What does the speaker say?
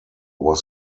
was